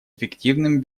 эффективным